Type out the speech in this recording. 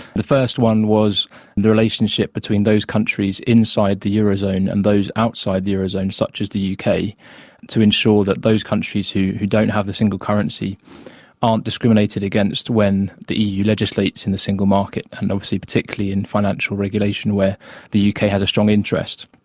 the first one was the relationship between those countries inside the eurozone and those outside the eurozone such as the uk to ensure that those countries who who don't have the single currency aren't discriminated against when the eu legislates in the single market, and obviously particularly in financial regulation of where the uk has a strong interest.